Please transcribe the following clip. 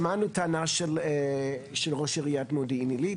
ברשותך, שמענו טענה של ראש עיריית מודיעין עילית,